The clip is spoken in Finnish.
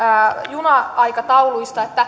juna aikatauluista